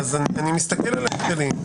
אני מסתכל על ההבדלים.